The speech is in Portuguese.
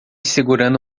segurando